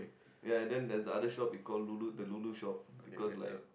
ya then there's the other shop we call lulu the lulu shop because like